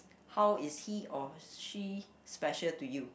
how is he or she special to you